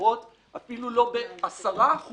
זהות אפילו לא ב-10%